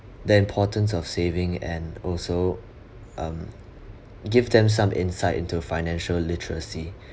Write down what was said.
the importance of saving and also um give them some insight into financial literacy